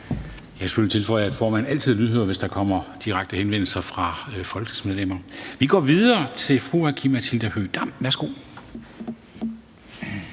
tilføje, at formanden altid er lydhør, hvis der kommer direkte henvendelser fra folketingsmedlemmer. Vi går videre til fru Aki-Matilda Høegh-Dam. Værsgo.